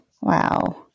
Wow